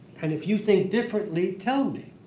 and if you think differently, tell me.